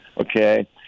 okay